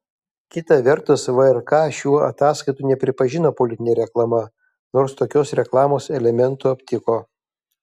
kita vertus vrk šių ataskaitų nepripažino politine reklama nors tokios reklamos elementų aptiko